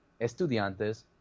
Estudiantes